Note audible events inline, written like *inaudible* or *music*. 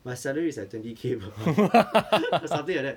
my salary is at twenty K bro *laughs* something like that